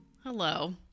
Hello